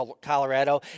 Colorado